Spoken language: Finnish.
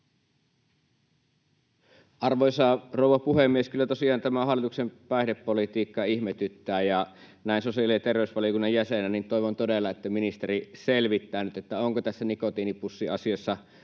Arvoisa rouva puhemies! Kyllä tosiaan tämä hallituksen päihdepolitiikka ihmetyttää, ja näin sosiaali- ja terveysvaliokunnan jäsenenä toivon todella, että ministeri selvittää nyt, onko tässä nikotiinipussiasiassa